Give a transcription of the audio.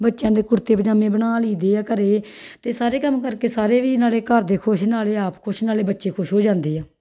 ਬੱਚਿਆਂ ਦੇ ਕੁੜਤੇ ਪਜਾਮੇ ਬਣਾ ਲਈਦੇ ਆ ਘਰੇ ਅਤੇ ਸਾਰੇ ਕੰਮ ਕਰਕੇ ਸਾਰੇ ਵੀ ਨਾਲੇ ਘਰ ਦੇ ਖੁਸ਼ ਨਾਲੇ ਆਪ ਖੁਸ਼ ਨਾਲੇ ਬੱਚੇ ਖੁਸ਼ ਹੋ ਜਾਂਦੇ ਆ